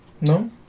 No